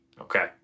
Okay